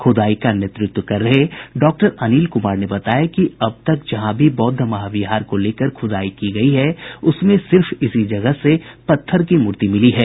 खुदाई का नेतृत्व कर रहे डॉक्टर अनिल कुमार ने बताया कि अब तक जहां भी बौद्ध महाविहार को लेकर खुदाई की गयी है उसमें सिर्फ इसी जगह से पत्थर की मूर्ति मिली है